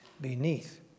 beneath